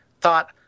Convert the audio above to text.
thought